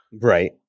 Right